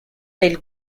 del